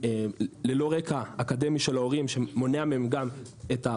ללא רקע אקדמי של ההורים שמונע מהם גם את,